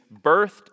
birthed